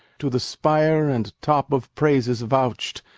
to the spire and top of praises vouch'd,